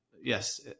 Yes